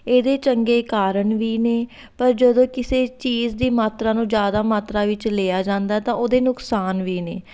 ਇਹਦੇ ਚੰਗੇ ਕਾਰਨ ਵੀ ਨੇ ਪਰ ਜਦੋਂ ਕਿਸੇ ਚੀਜ਼ ਦੀ ਮਾਤਰਾ ਨੂੰ ਜ਼ਿਆਦਾ ਮਾਤਰਾ ਵਿੱਚ ਲਿਆ ਜਾਂਦਾ ਤਾਂ ਉਹਦੇ ਨੁਕਸਾਨ ਵੀ ਨੇ